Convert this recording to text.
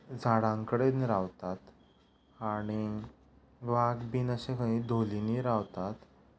झाडां कडेन रावतात आणी वाग बीन अशे खंयी धोलींनी रावतात